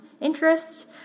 interest